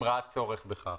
אם ראה צורך בכך.